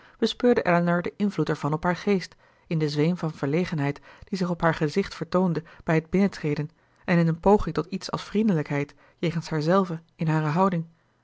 bespeurde elinor den invloed ervan op haar geest in den zweem van verlegenheid die zich op haar gezicht vertoonde bij het binnentreden en in een poging tot iets als vriendelijkheid jegens haarzelve in hare houding